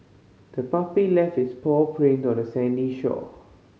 the puppy left its paw print on the sandy shore